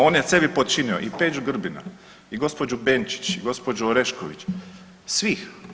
On je sebi podčinio i Peđu Grbina i gospođu Benčić i gospođu Orešković, svih.